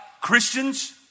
Christians